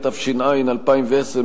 התש"ע 2010,